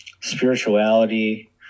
spirituality